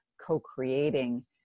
co-creating